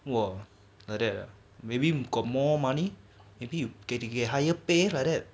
!wah! like that ah maybe got more money maybe you getting higher pay like that